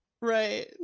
right